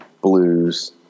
blues